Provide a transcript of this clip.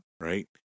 right